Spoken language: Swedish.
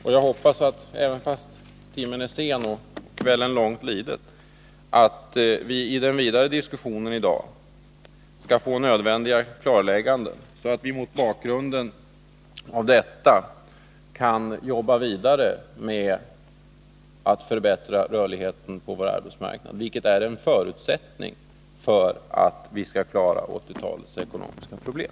Och jag hoppas att vi i den fortsatta diskussionen i dag — även om timmen är sen — skall få nödvändiga klarlägganden, så att vi mot bakgrund av dessa kan jobba vidare med att förbättra rörligheten på vår arbetsmarknad. En sådan är ju en förutsättning för att vi skall klara 1980-talets ekonomiska problem.